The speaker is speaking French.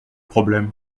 problème